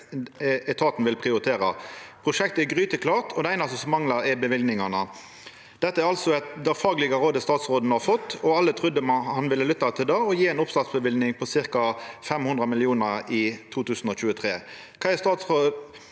de vil prioritere. Prosjektet er gryteklart, og det eneste som mangler, er bevilgningene. Dette er altså det faglige rådet statsråden har fått, og alle trodde man lytta til det og ville gi en oppstartsbevilgning på ca. 500 mill. kr i 2023. Hvem er det statsråden